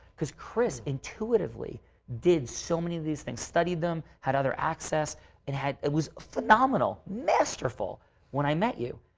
because kris, intuitively did so many of these things. studied them, had other access and had. it was phenomenal. masterful when i met you.